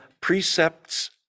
precepts